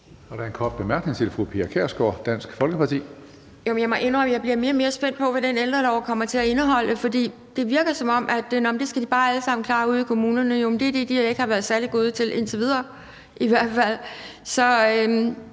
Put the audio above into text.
Jeg må indrømme, at jeg bliver mere og mere spændt på, hvad den ældrelov kommer til at indeholde, for det virker, som om de alle sammen bare skal klare det ude i kommunerne; men det er jo det, kommunerne i hvert fald indtil videre